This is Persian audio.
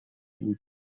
بود